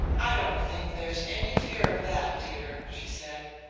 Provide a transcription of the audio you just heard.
i don't think there's any fear of that, dear, she said.